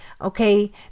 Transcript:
okay